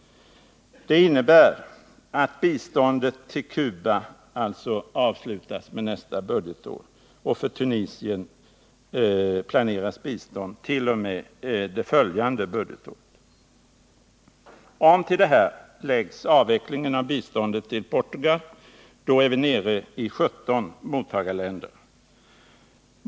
Det innebär att biståndet till Cuba alltså avslutas med utgången av nästa budgetår, och för Tunisien planeras bistånd t.o.m. det därefter följande budgetåret. Om till detta läggs avvecklingen av biståndet till Portugal, så är vi nere i 17 mottagarländer.